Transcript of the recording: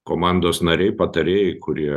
komandos nariai patarėjai kurie